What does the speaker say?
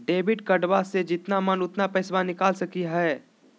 Debit कार्डबा से जितना मन उतना पेसबा निकाल सकी हय?